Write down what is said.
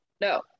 no